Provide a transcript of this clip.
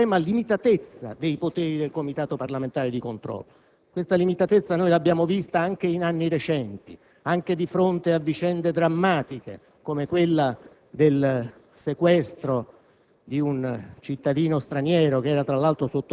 non ebbe alcun seguito, anche per l'estrema limitatezza dei poteri del Comitato parlamentare di controllo. Questa limitatezza noi l'abbiamo vista anche in anni recenti, anche di fronte a vicende drammatiche, come quella del sequestro